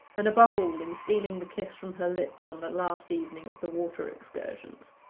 and above all in stealing the kiss from her lips on the last evening of the water excursions.